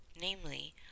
namely